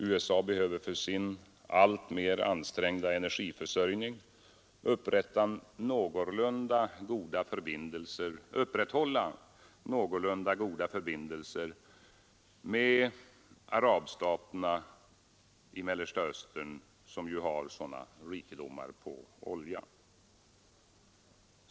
USA behöver för sin alltmer ansträngda energiförsörjning upprätthålla någorlunda goda förbindelser med de på olja så rika arabstaterna i Mellersta Östern.